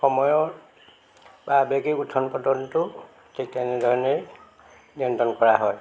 সময়ৰ বা আবেগিক উথন পতনটো ঠিক এনে ধৰণে নিয়ন্ত্ৰণ কৰা হয়